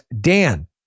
Dan